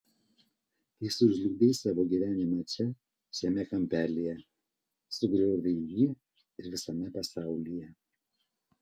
kai sužlugdei savo gyvenimą čia šiame kampelyje sugriovei jį ir visame pasaulyje